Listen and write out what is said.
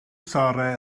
sarra